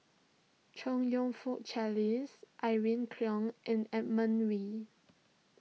Chong You Fook Charles Irene Khong and Edmund Wee